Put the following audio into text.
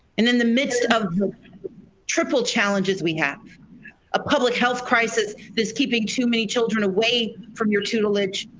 and in the midst of the triple challenges we have a public health crisis, that's keeping too many children away from your tutelage,